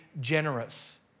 generous